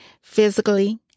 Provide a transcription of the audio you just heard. physically